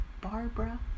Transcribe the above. Barbara